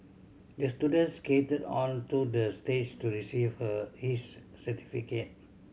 the student skated onto the stage to receive her his certificate